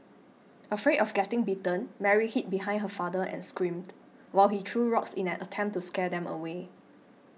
afraid of getting bitten Mary hid behind her father and screamed while he threw rocks in an attempt to scare them away